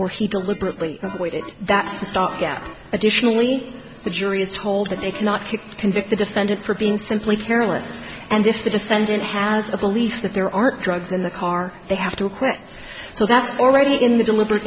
or he deliberately avoided that stop gap additionally the jury is told that they cannot keep convict the defendant for being simply careless and if the defendant has a belief that there are drugs in the car they have to acquit so that's already in the deliberate